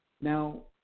Now